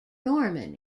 norman